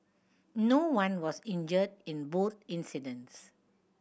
no one was injured in both incidents